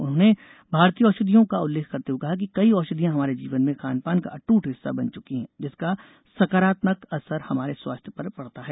उन्होंने भारतीय औषधियों का उल्लेख करते हुए कहा कि कई औषधियां हमारे जीवन में खानपान का अटूट हिस्सा बन चुकी है जिसका सकारात्मक असर हमारे स्वास्थ्य पर पड़ता है